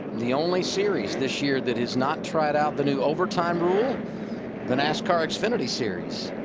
the only series this year that has not tried out the new over time rule the nascar xfinity series.